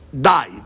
died